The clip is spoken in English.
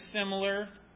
similar